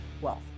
wealth